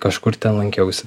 kažkur ten lankiausi